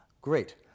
Great